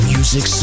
Music